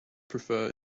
prefer